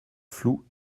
flou